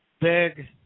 big